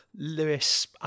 Lewis